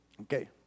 Okay